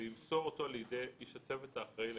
וימסור אותו לאיש צוות האחראי לקבלו.